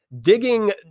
digging